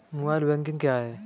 Mobile banking क्या है?